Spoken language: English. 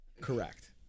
correct